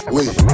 Wait